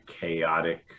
chaotic